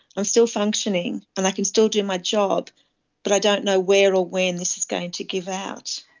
i'm still functioning and i can still do my job but i don't know where or when this is going to give out.